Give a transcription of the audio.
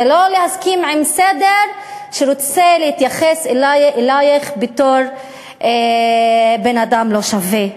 זה לא להסכים עם סדר שרוצה להתייחס אלייך בתור בן-אדם לא שווה.